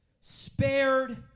spared